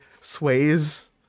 sways